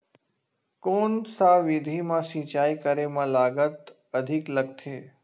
कोन सा विधि म सिंचाई करे म लागत अधिक लगथे?